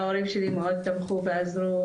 ההורים שלי מאוד תמכו ועזרו,